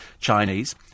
Chinese